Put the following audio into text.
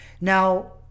Now